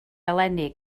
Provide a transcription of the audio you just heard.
eleni